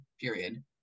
period